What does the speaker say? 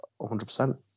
100%